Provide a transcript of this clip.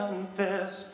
Confess